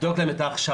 לבדוק להם את ההכשרה,